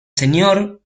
señor